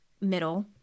middle